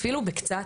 אפילו בקצת,